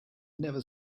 never